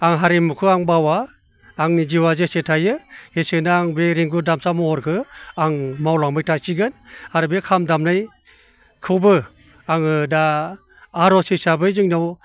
आं हारिमुखौ आं बावा आंनि जिउआ जेसे थायो एसेनो आं बे रिंगु दामसा महरखौ आं मावलांबाय थासिगोन आरो बे खाम दामनायखौबो आङो दा आर'ज हिसाबै जोंनियाव